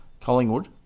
Collingwood